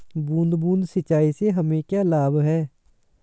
बूंद बूंद सिंचाई से हमें क्या लाभ है?